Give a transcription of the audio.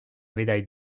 médaille